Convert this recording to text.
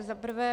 Za prvé.